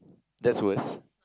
that's worst